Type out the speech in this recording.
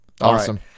Awesome